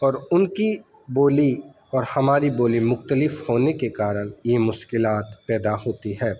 اور ان کی بولی اور ہماری بولی مختلف ہونے کے کارن یہ مشکلات پیدا ہوتی ہے